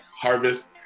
harvest